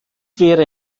wäre